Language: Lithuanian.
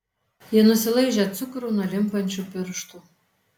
ji nusilaižė cukrų nuo limpančių pirštų